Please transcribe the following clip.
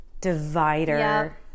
divider